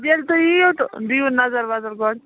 ییٚلہِ تُہۍ یِیُو تہٕ دِیُو نظر وظر گۄڈٕ